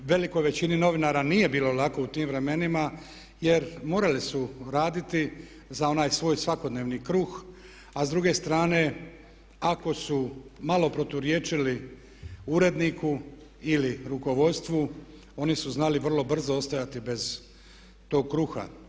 Velikoj većini novinara nije bilo lako u tim vremenima jer morali su raditi za onaj svoj svakodnevni kruh a s druge strane ako su malo proturječili uredniku ili rukovodstvu oni su znali vrlo brzo ostajati bez tog kruha.